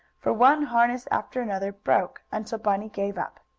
for one harness after another broke, until bunny gave up.